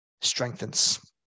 strengthens